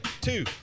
Two